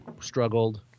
struggled